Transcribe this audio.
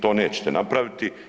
To nećete napraviti.